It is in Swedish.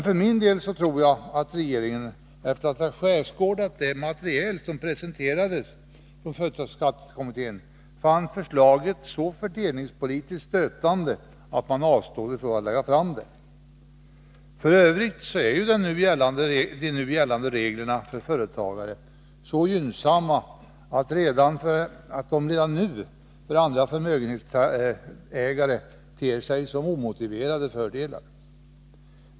För min del tror jag att regeringen, efter att ha skärskådat det material som presenterades av företagsskattekommittén, fann förslaget så fördelningspolitiskt stötande att man avstod från att lägga fram det. F. ö. är ju de gällande reglerna för företagare så gynnsamma att de redan nu för andra förmögenhetsägare ter sig som omotiverat fördelaktiga.